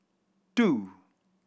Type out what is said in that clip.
two